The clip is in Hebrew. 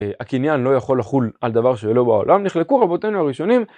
הקניין לא יכול לחול על דבר שלא בעולם, נחלקו רבותינו הראשונים.